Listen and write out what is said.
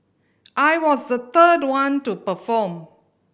I was the third one to perform